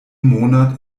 monat